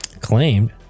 claimed